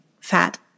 fat